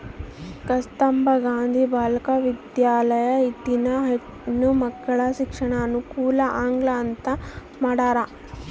ಕಸ್ತುರ್ಭ ಗಾಂಧಿ ಬಾಲಿಕ ವಿದ್ಯಾಲಯ ದಿನ ಹೆಣ್ಣು ಮಕ್ಕಳಿಗೆ ಶಿಕ್ಷಣದ ಅನುಕುಲ ಆಗ್ಲಿ ಅಂತ ಮಾಡ್ಯರ